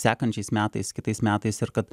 sekančiais metais kitais metais ir kad